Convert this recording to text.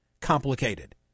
complicated